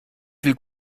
viel